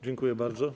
Dziękuję bardzo.